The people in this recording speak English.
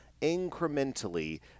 incrementally